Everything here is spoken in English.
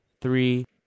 three